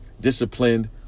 disciplined